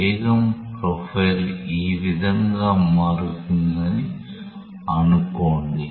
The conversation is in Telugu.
వేగం ప్రొఫైల్ ఈ విధంగా మారుతుందని అనుకోండి